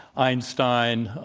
einstein,